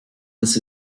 this